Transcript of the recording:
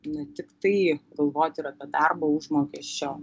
na tiktai galvot ir apie darbo užmokesčio